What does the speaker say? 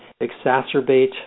exacerbate